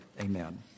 Amen